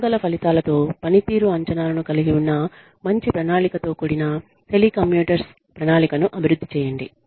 కొలవగల ఫలితాలతో పనితీరు అంచనాలను కలిగి ఉన్న మంచి ప్రణాళికతో కూడిన టెలికమ్యూటర్స్ ప్రణాళికను అభివృద్ధి చేయండి